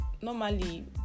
normally